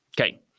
Okay